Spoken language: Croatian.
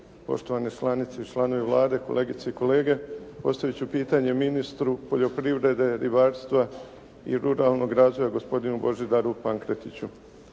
poštovane članice i članovi Vlade, kolegice i kolege. Postavit ću pitanje ministru poljoprivrede, ribarstva i ruralnog razvoja gospodinu Božidaru Pankretiću.